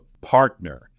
partner